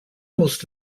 most